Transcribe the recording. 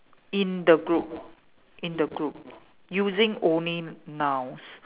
in the group in the group using only nouns